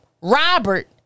Robert